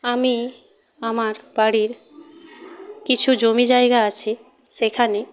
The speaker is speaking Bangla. আমি আমার বাড়ির কিছু জমি জায়গা আছে সেখানে